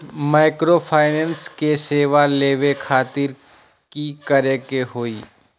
Microfinance के सेवा लेबे खातीर की करे के होई?